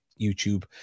YouTube